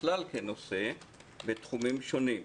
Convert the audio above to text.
בכלל כנושא בתחומים שונים.